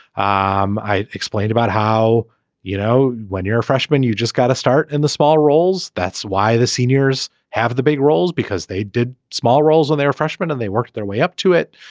um i explained about how you know when you're a freshman you just gotta start in the small roles. that's why the seniors have the big roles because they did small roles when they were freshmen and they worked their way up to it.